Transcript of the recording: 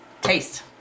Taste